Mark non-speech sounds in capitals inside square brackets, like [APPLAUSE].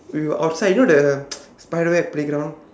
we were outside you know the [NOISE] spider web playground